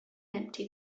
empty